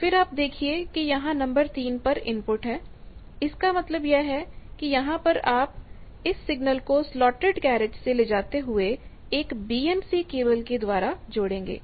फिर आप देखिए कि यहां नंबर 3 पर इनपुट है इसका मतलब यह है कि यहां पर आप इस सिग्नल को स्लॉटेड कैरिज से ले जाते हुए इस बीएनसी केबल के द्वारा जोड़ेंगे